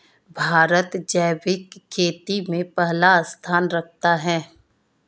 भारत जैविक खेती में पहला स्थान रखता है